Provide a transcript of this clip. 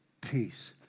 peace